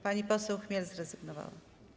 Pani poseł Chmiel zrezygnowała.